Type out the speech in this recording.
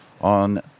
on